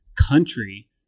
country